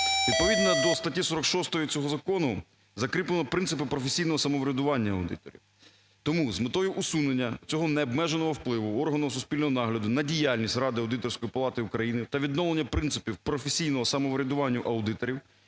Відповідно до статті 46 цього закону закріплено принципи професійного самоврядування аудиторів. Тому з метою усунення цього не обмеженого впливу органу суспільного нагляду на діяльність Ради аудиторської палати України та відновлення принципів професійного самоврядування аудиторів,